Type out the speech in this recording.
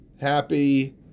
happy